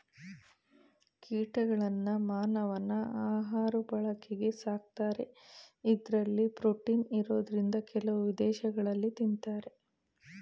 ಕೀಟಗಳನ್ನ ಮಾನವನ ಆಹಾಋ ಬಳಕೆಗೆ ಸಾಕ್ತಾರೆ ಇಂದರಲ್ಲಿ ಪ್ರೋಟೀನ್ ಇರೋದ್ರಿಂದ ಕೆಲವು ವಿದೇಶಗಳಲ್ಲಿ ತಿನ್ನತಾರೆ